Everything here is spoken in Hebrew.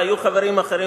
והיו חברים אחרים